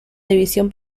división